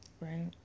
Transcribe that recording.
Right